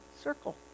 circle